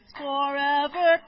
forever